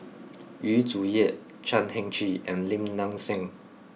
Yu Zhuye Chan Heng Chee and Lim Nang Seng